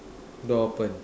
door open